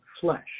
flesh